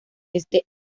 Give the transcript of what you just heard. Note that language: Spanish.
este